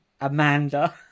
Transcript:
Amanda